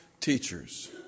teachers